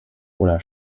oder